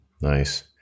Nice